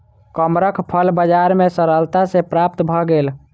कमरख फल बजार में सरलता सॅ प्राप्त भअ गेल